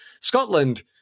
Scotland